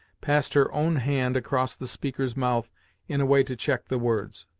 passed her own hand across the speaker's mouth in a way to check the words.